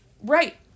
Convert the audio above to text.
Right